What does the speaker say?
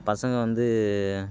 பசங்கள் வந்து